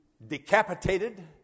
decapitated